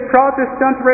Protestant